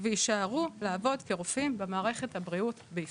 ויישארו לעבוד כרופאים במערכת הבריאות בישראל,